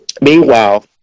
Meanwhile